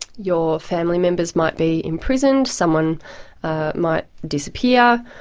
your family members might be imprisoned, someone ah might disappear,